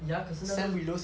ya 可是那个